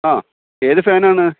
ആ ഏത് ഫാൻ ആണ്